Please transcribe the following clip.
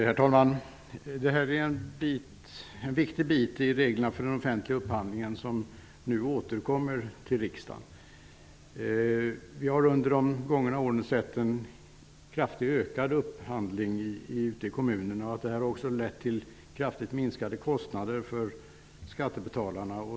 Herr talman! I reglerna för den offentliga upphandlingen är detta en viktig bit, och som nu återkommer till riksdagen. Under de gångna åren har vi sett en kraftigt ökad upphandling ute i kommunerna. Det har också lett till kraftigt minskade kostnader för skattebetalarna.